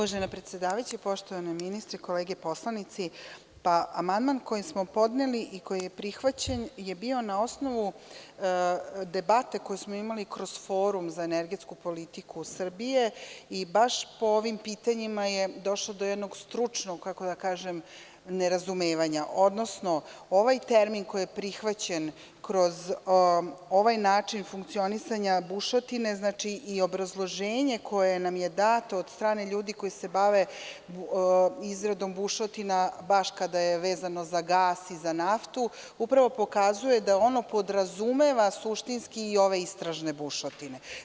Uvažena predsedavajuća, poštovani ministre, kolege poslanici, amandman koji smo podneli i koji je prihvaćen je bio na osnovu debate koju smo imali kroz Forum za energetsku politiku Srbije i baš po ovim pitanjima je došlo do jednog stručnog, kako da kažem, nerazumevanja, odnosno, ovaj termin koji je prihvaćen kroz ovaj način funkcionisanja bušotine i obrazloženje koje nam je dato od strane ljudi koji se bave izradom bušotina, baš kada je vezano za gas i za naftu, upravo pokazuje da ono podrazumeva suštinski i ove istražne bušotine.